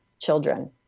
children